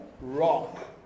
rock